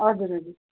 हजुर हजुर